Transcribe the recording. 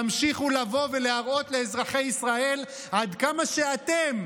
תמשיכו לבוא ולהראות לאזרחי ישראל עד כמה שאתם,